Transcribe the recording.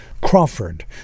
Crawford